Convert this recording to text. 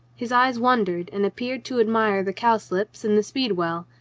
his eyes wandered and appeared to admire the cowslips and the speedwell.